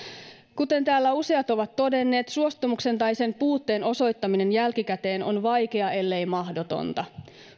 kuten täällä useat ovat todenneet suostumuksen tai sen puutteen osoittaminen jälkikäteen on vaikeaa ellei mahdotonta